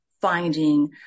finding